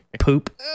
poop